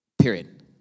Period